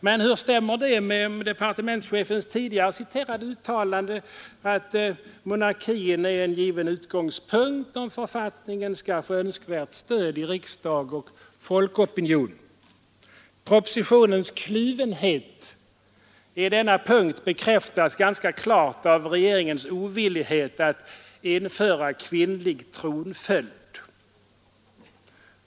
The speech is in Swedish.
Men hur stämmer det med det tidigare citerade uttalandet att monarkin är en given utgångspunkt om Nr 110 författningen skall få önskvärt stöd i riksdagen och folkopinionen? Tisdagen den Propositionens kluvenhet i denna punkt bekräftas ganska klart av 5 juni 1973 regeringens ovillighet att införa kvinnlig tronföljd.